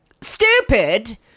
stupid